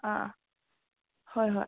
ꯑꯥ ꯍꯣꯏ ꯍꯣꯏ